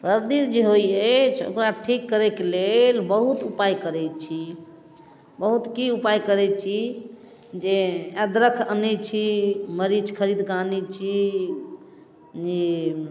सर्दी जे होइ अछि ओकरा ठीक करैके लेल बहुत उपाय करै छी बहुत की उपाय करै छी जे अदरक आनै छी मरीच खरीदके आनै छी ई